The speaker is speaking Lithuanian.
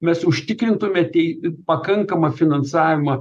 mes užtikrintume tei pakankamą finansavimą